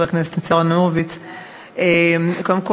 חבר הכנסת ניצן הורוביץ,